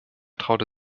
traute